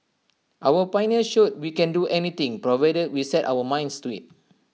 our pioneers showed we can do anything provided we set our minds to IT